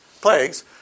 plagues